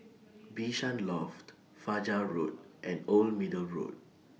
Bishan Loft Fajar Road and Old Middle Road